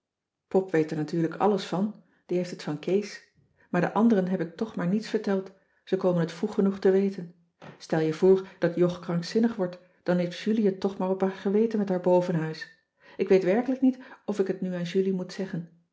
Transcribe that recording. weet er natuurlijk alles van die heeft het van kees maar de anderen heb ik toch maar niets verteld ze komen het vroeg genoeg te weten stel je voor dat jog krankzinnig wordt dan heeft julie het toch maar op haar geweten met haar bovenhuis ik weet werkelijk niet of ik het nu aan julie moet zeggen